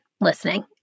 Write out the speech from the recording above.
listening